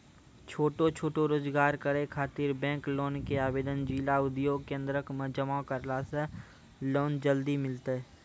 छोटो छोटो रोजगार करै ख़ातिर बैंक लोन के आवेदन जिला उद्योग केन्द्रऽक मे जमा करला से लोन जल्दी मिलतै?